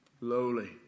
Lowly